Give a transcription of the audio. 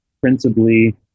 principally